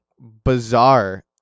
bizarre